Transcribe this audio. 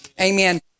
Amen